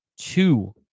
two